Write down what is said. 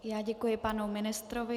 Já děkuji panu ministrovi.